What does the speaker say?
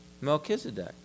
Melchizedek